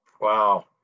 Wow